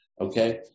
Okay